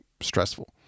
stressful